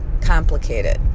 complicated